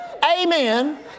Amen